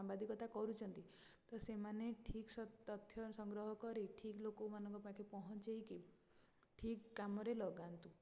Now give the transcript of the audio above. ସାମ୍ବାଦିକତା କରୁଛନ୍ତି ତ ସେମାନେ ଠିକ୍ ସ ତଥ୍ୟ ସଂଗ୍ରହ କରି ଠିକ ଲୋକମାନଙ୍କ ପାଖେ ପହଞ୍ଚେଇକି ଠିକ କାମରେ ଲଗାନ୍ତୁ